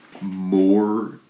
more